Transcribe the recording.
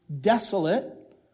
desolate